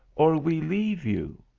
or we leave you.